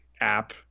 app